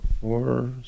four